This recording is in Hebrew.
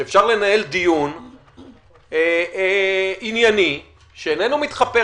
שאפשר לנהל דיון ענייני שאיננו מתחפר